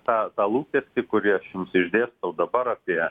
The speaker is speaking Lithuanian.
tą tą lūkestį kurį aš jums išdėstau dabar apie